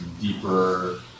deeper